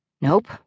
Nope